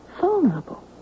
Vulnerable